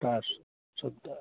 তাৰপাছতে